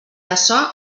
açò